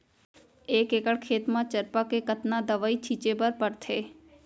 एक एकड़ खेत म चरपा के कतना दवई छिंचे बर पड़थे?